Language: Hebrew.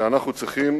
שאנחנו צריכים